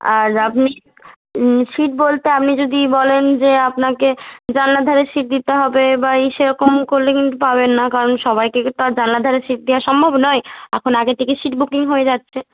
আর আপনি সিট বলতে আপনি যদি বলেন যে আপনাকে জানলার ধারে সিট দিতে হবে বা ই সেরকম করলে কিন্তু পাবেন না কারণ সবাইকে কে তো আর জানলার ধারের সিট দেওয়া সম্ভব নয় এখন আগে থেকে সিট বুকিং হয়ে যাচ্ছে